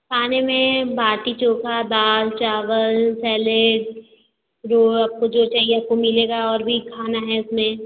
खाने में बाटी चोखा दाल चावल सैलेड रो आपको जो चाहिए आपको मिलेगा और भी खाना है उसमें